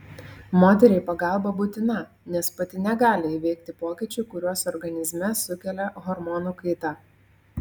moteriai pagalba būtina nes pati negali įveikti pokyčių kuriuos organizme sukelia hormonų kaita